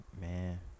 man